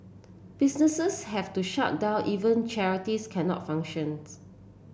businesses have to shut down even charities cannot functions